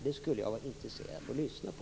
Det skulle jag vara intresserad av att få lyssna på.